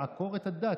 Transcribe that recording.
רוצים לעקור את הדת.